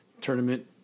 tournament